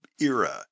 era